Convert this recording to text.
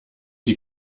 die